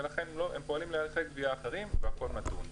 ופועלים באפיקי גבייה אחרים ולא פונים בבקשות לניתוק.